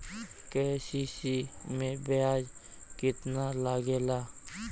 KCC में ब्याज कितना लागेला?